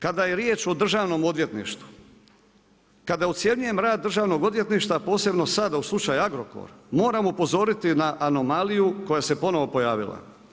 Kada je riječ o Državnom odvjetništvu, kada ocjenjujem rad Državnog odvjetništva, posebno sada u slučaju Agrokor, moram upozoriti na anomaliju koja se ponovno pojavila.